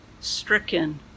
stricken